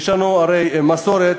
יש לנו הרי מסורת,